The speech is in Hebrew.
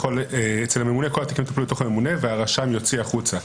אצל הממונה כל התיקים התקבלו לתוך הממונה והרשם יוציא החוצה.